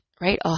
right